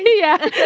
yeah